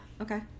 okay